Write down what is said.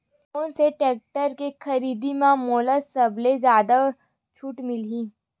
कोन से टेक्टर के खरीदी म मोला सबले जादा छुट मिलही?